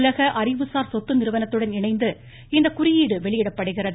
உலக அறிவுசார் சொத்து நிறுவனத்துடன் இணைந்து இந்த குறியீட வெளியிடப்படுகிறது